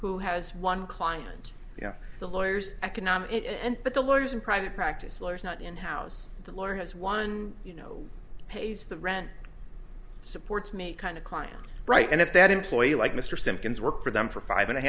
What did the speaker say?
who has one client you know the lawyers economic but the lawyers in private practice lawyers not in house the lawyer has one you know pays the rent supports me kind of client right and if that employee like mr simpkins worked for them for five and a